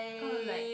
uh like